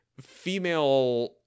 female